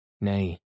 Nay